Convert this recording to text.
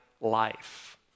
life